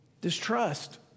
distrust